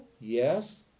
yes